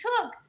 took